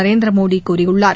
நரேந்திர மோடி கூறியுள்ளார்